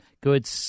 Good